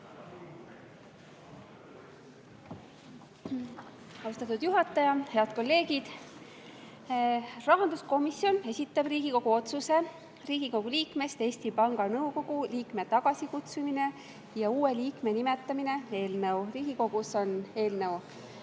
Austatud juhataja! Head kolleegid! Rahanduskomisjon esitab Riigikogu otsuse "Riigikogu liikmest Eesti Panga Nõukogu liikme tagasikutsumine ja uue liikme nimetamine" eelnõu. Riigikogus on eelnõu